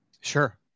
Sure